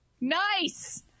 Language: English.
Nice